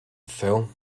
phil